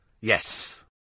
yes